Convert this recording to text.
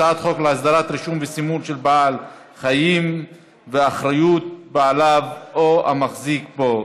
הצעת חוק להסדרת רישום וסימון של בעל חיים ואחריות בעליו או המחזיק בו,